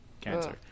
cancer